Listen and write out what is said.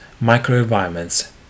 microenvironments